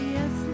Yes